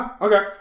Okay